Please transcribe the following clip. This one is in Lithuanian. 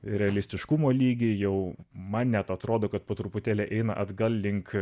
realistiškumo lygį jau man neatrodo kad po truputėlį eina atgal link